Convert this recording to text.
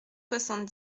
soixante